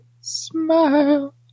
smile